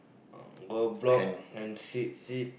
uh go block and sit sit